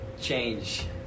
change